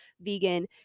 vegan